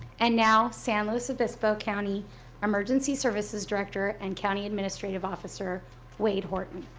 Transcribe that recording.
and now, san luis obispo county emergency services director and county administrative officer wade horton.